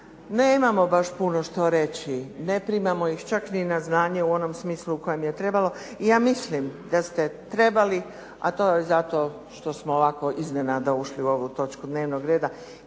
nemao što puno reći. Ne primamo čak ni na znanje u onom smislu u kojem je trebalo. I ja mislim da ste trebali, a to je zato što smo ovako iznenada ušli u ovu točku dnevnog reda,